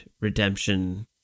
redemption